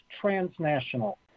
transnational